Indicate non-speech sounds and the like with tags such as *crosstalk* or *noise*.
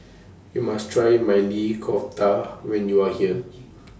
YOU must Try Maili Kofta when YOU Are here *noise*